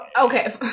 Okay